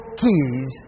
keys